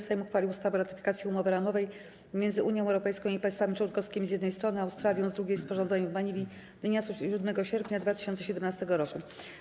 Sejm uchwalił ustawę o ratyfikacji Umowy ramowej między Unią Europejską i jej państwami członkowskimi, z jednej strony, a Australią, z drugiej, sporządzonej w Manili dnia 7 sierpnia 2017 r.